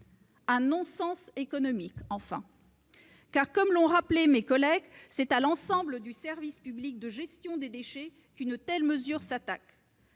Un non-sens économique, enfin, car, comme l'ont rappelé mes collègues, c'est à l'ensemble du service public de gestion des déchets qu'une telle mesure s'attaque